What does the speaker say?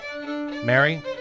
Mary